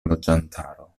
loĝantaro